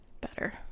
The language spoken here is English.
better